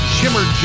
Shimmer